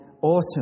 autumn